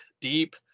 deep